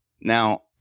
now